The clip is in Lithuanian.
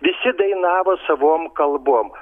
visi dainavo savom kalbom